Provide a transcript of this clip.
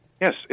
Yes